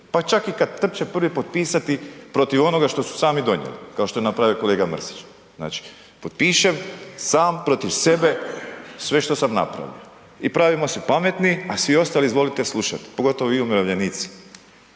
pa čak i kad trče prvi potpisati protiv onoga što su sami donijeli kao što je napravio kolega Mrsić. Znači potpišem sam protiv sebe sve što sam napravio i pravimo se pametni a svi ostali izvolite slušati, pogotovo vi umirovljenici